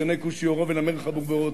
הישנה כושי עורו ונמר חברבורותיו?